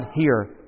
here